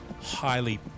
highly